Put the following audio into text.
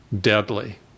deadly